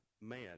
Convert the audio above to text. Man